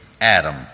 Adam